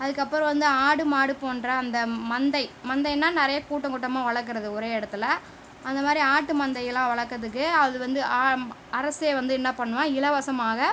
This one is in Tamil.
அதற்கப்பறம் வந்து ஆடு மாடு போன்ற அந்த மந்தை மந்தைன்னா நிறைய கூட்டம் கூட்டமாக வளர்க்கறது ஒரே இடத்துல அந்த மாரி ஆட்டு மந்தையெல்லாம் வளர்க்கறதுக்கு அது வந்து அரசே வந்து என்ன பண்ணுன்னா இலவசமாக